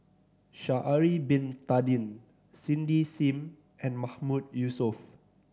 Sha'ari Bin Tadin Cindy Sim and Mahmood Yusof